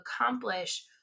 accomplish